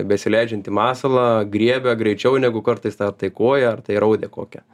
besileidžiantį masalą griebia greičiau negu kartais ar tai kuoja ar tai raudė kokia